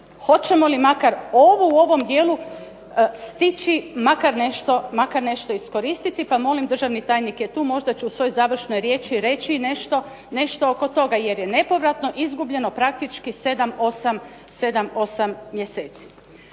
hoćemo li makar ovo u ovom dijelu stići makar nešto iskoristiti, pa molim državni tajnik je tu, možda će u svojoj završnoj riječi reći nešto oko toga jer je nepovratno izgubljeno praktički sedam,